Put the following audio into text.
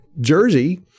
Jersey